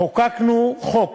חוקקנו חוק